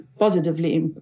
Positively